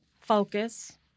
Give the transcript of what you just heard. Focus